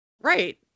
Right